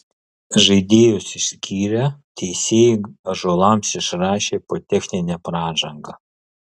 žaidėjus išskyrę teisėjai ąžuolams išrašė po techninę pražangą